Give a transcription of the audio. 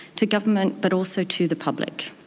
to government but also to the public.